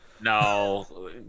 no